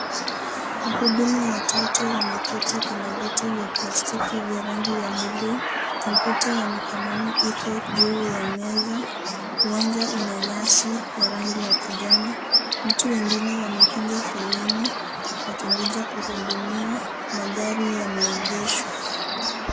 Wahudumu watatu wameketi kwenye viti vya plastiki vya rangi ya bluu, kompyuta ya mikononi iko juu ya meza, uwanja una nyasi ya rangi ya kijani. Watu wengine wamepiga foleni wakingoja kuhudumiwa, magari yameegeshwa.